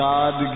God